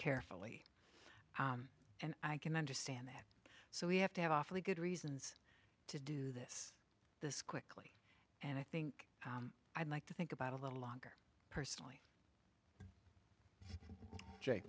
carefully and i can understand that so we have to have awfully good reasons to do this this quickly and i think i'd like to think about a little longer personally